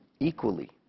Equally